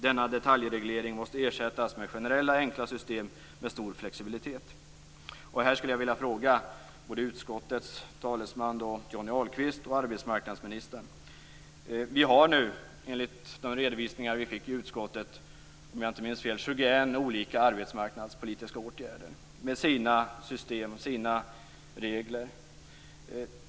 Denna detaljreglering måste ersättas med generella enkla regelsystem med stor flexibilitet. Här skulle jag vilja ställa en fråga till både utskottets talesman Johnny Ahlqvist och arbetsmarknadsministern. Vi har nu enligt de redovisningar som vi fick i utskottet om jag inte minns fel 21 olika arbetsmarknadspolitiska åtgärder med sina system och sina regler.